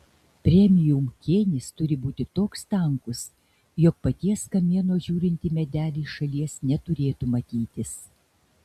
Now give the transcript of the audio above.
premium kėnis turi būti toks tankus jog paties kamieno žiūrint į medelį iš šalies neturėtų matytis